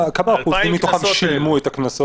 איזה שיעור מתוכם שילמו את הקנסות?